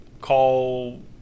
call